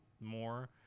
more